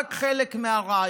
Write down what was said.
רק חלק מהרעיונות.